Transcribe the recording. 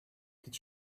did